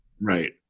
right